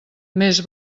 més